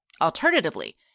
Alternatively